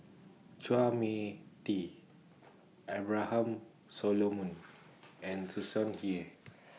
Chua MI Tee Abraham Solomon and Tsung Hey